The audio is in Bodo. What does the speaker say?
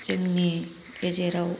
जोंनि गेजेराव